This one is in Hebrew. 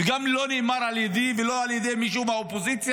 שגם לא נאמר על ידי ולא על ידי מישהו באופוזיציה,